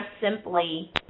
simply